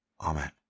Amen